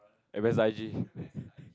eh where's I G